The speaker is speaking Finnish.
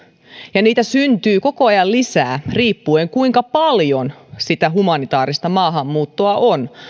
ja niitä syntyy koko ajan lisää riippuen siitä kuinka paljon sitä humanitaarista maahanmuuttoa on